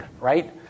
right